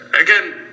again